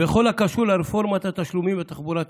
בכל הקשור לרפורמת התשלומים בתחבורה הציבורית.